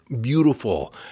beautiful